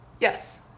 Yes